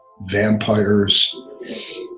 vampires